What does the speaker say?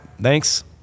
Thanks